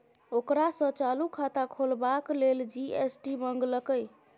ओकरा सँ चालू खाता खोलबाक लेल जी.एस.टी मंगलकै